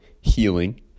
healing